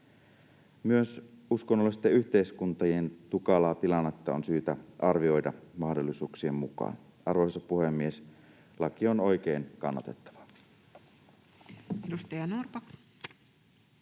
Myös uskonnollisten yhdyskuntien tukalaa tilannetta on syytä arvioida mahdollisuuksien mukaan. Arvoisa puhemies! Laki on oikein kannatettava.